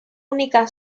única